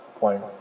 point